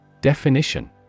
Definition